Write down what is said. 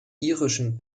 irischen